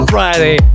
Friday